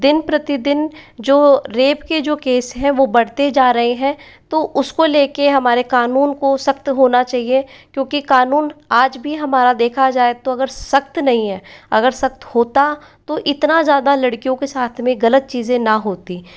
दिन प्रतिदिन जो रेप के जो कैस हैं वो बढ़ते जा रहे हैं तो उसको लेके हमारे कानून को सख्त होना चाहिए क्योंकि कानून आज भी हमारा देखा जाए तो अगर सख्त नहीं है अगर सख्त होता तो इतना ज़्यादा लड़कियों के साथ में गलत चीज़ें ना होती